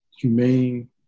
humane